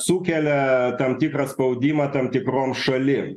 sukelia tam tikrą spaudimą tam tikrom šalim